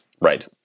Right